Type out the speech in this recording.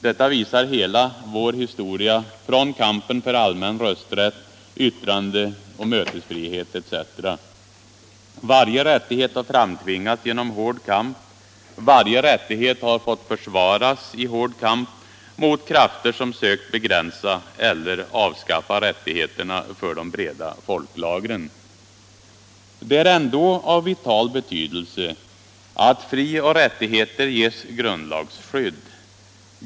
Detta visar hela vår historia från kampen för allmän rösträtt, yttrandeoch mötesfrihet etc. Varje rättighet har framtvingats genom hård kamp. Varje rättighet har fått försvaras i hård kamp mot krafter som sökt begränsa eller avskaffa rättigheterna för de breda folklagren. Det är ändå av vital betydelse att frioch rättigheter ges grundlagsskydd.